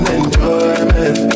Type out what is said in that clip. enjoyment